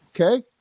Okay